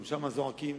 גם שם זועקים,